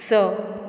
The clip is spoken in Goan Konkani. स